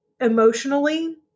emotionally